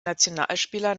nationalspieler